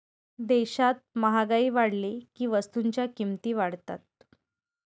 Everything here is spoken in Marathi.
देशात महागाई वाढली की वस्तूंच्या किमती वाढतात